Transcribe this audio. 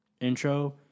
intro